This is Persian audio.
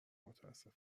متاسف